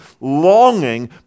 longing